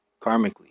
karmically